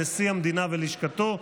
נשיא המדינה ולשכתו,